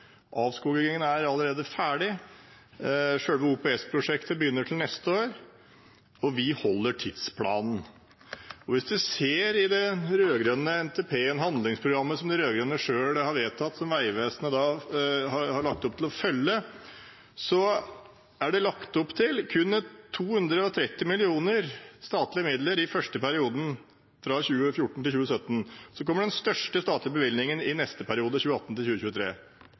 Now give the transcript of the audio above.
er allerede ferdig. Selve OPS-prosjektet begynner til neste år. Og vi holder tidsplanen. Hvis man ser på den rød-grønne NTP-en, som de rød-grønne selv har vedtatt, og handlingsprogrammet som Vegvesenet har lagt opp til å følge, er det lagt opp til kun 230 mill. kr i statlige midler i den første perioden, fra 2014 til 2017. Så kommer den største statlige bevilgningen i neste periode, fra 2018 til 2023.